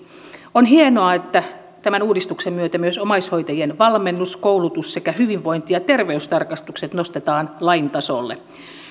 on hienoa että tämän uudistuksen myötä myös omaishoitajien valmennus koulutus sekä hyvinvointi ja terveystarkastukset nostetaan lain tasolle